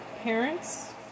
parents